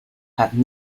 had